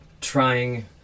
trying